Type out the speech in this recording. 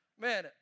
Man